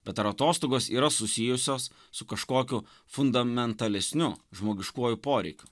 bet ar atostogos yra susijusios su kažkokiu fundamentalesniu žmogiškuoju poreikiu